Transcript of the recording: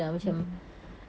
mm mm